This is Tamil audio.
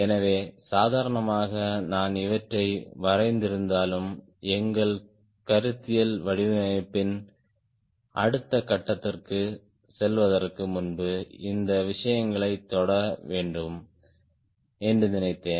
எனவே சாதாரணமாக நான் இவற்றை வரைந்திருந்தாலும் எங்கள் கருத்தியல் வடிவமைப்பின் அடுத்த கட்டத்திற்குச் செல்வதற்கு முன்பு இந்த விஷயங்களைத் தொட வேண்டும் என்று நினைத்தேன்